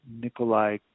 Nikolai